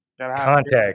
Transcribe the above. contact